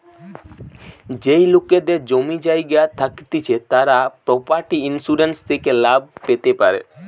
যেই লোকেদের জমি জায়গা থাকতিছে তারা প্রপার্টি ইন্সুরেন্স থেকে লাভ পেতে পারে